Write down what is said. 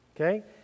Okay